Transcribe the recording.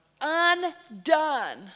Undone